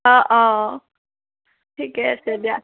অঁ অঁ ঠিকে আছে দিয়া